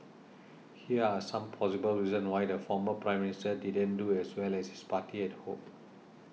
here are some possible reasons why the former Prime Minister didn't do as well as his party had hoped